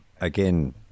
again